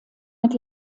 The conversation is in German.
mit